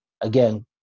again